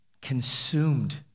Consumed